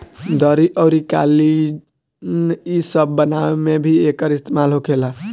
दरी अउरी कालीन इ सब बनावे मे भी एकर इस्तेमाल होखेला